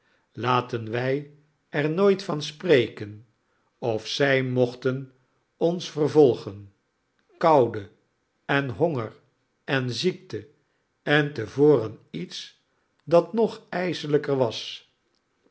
laten wij er nooit van spreken of zij mochten ons vervolgen koude en honger en ziekte en te voren iets dat nog ijselijker was